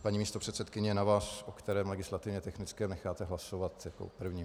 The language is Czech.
Paní místopředsedkyně, je na vás, o které legislativně technické necháte hlasovat jako o první.